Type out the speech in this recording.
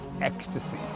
ecstasy